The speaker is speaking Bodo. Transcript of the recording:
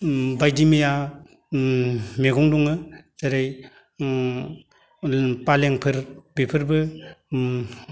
बायदिमैया मैगं दङ जेरै फालेंफोर बेफोरबो